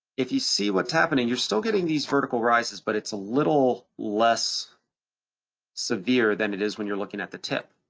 if you see what's happening, you're still getting these vertical rises, but it's a little less severe than it is when you're looking at the tip.